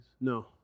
No